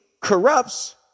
corrupts